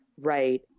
Right